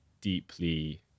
deeply